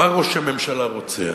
מה ראש הממשלה רוצה,